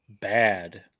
bad